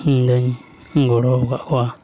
ᱤᱧ ᱫᱚᱧ ᱜᱚᱲᱚ ᱠᱟᱜ ᱠᱚᱣᱟ